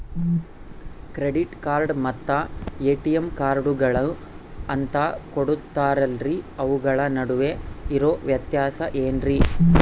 Credit card ಮತ್ತ ATM ಕಾರ್ಡುಗಳು ಅಂತಾ ಕೊಡುತ್ತಾರಲ್ರಿ ಅವುಗಳ ನಡುವೆ ಇರೋ ವ್ಯತ್ಯಾಸ ಏನ್ರಿ?